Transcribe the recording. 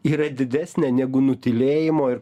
yra didesnė negu nutylėjimo ir